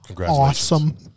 Awesome